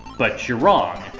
but you're wrong.